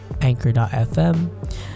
anchor.fm